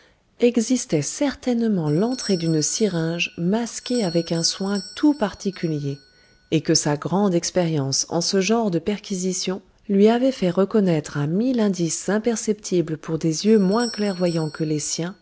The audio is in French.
existait certainement l'entrée d'une syringe masquée avec un soin tout particulier et que sa grande expérience en ce genre de perquisition lui avait fait reconnaître à mille indices imperceptibles pour des yeux moins clairvoyants que les siens